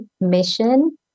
mission